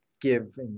give